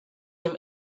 him